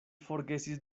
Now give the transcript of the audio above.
forgesis